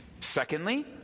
Secondly